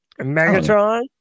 Megatron